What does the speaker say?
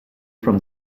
from